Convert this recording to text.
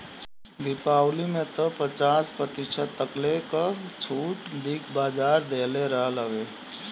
दीपावली में तअ पचास प्रतिशत तकले कअ छुट बिग बाजार देहले रहल हवे